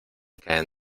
caen